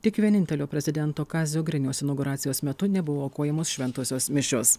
tik vienintelio prezidento kazio griniaus inauguracijos metu nebuvo aukojamos šventosios mišios